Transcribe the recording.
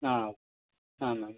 ஆ ஆமாங்க